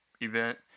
event